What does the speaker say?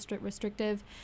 restrictive